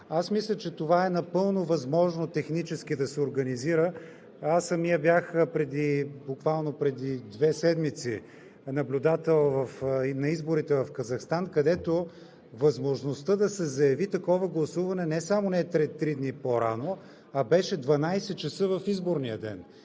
Мисля, че това е напълно възможно да се организира технически. Самият аз бях буквално преди две седмици наблюдател на изборите в Казахстан, където възможността да се заяви такова гласуване не само не е три дни по-рано, а беше 12,00 ч. в изборния ден.